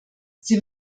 sie